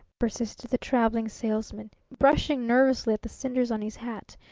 persisted the traveling salesman, brushing nervously at the cinders on his hat.